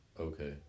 okay